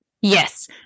Yes